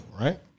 right